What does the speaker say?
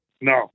No